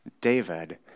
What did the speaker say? David